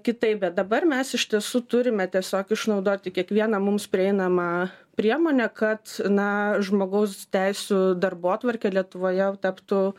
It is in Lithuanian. kitaip bet dabar mes iš tiesų turime tiesiog išnaudoti kiekvieną mums prieinamą priemonę kad na žmogaus teisių darbotvarkė lietuvoje taptų